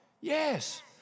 Yes